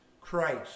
Christ